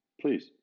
please